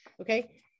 Okay